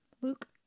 Luke